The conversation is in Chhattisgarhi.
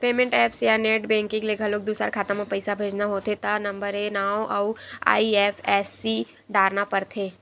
पेमेंट ऐप्स या नेट बेंकिंग ले घलो दूसर खाता म पइसा भेजना होथे त नंबरए नांव अउ आई.एफ.एस.सी डारना परथे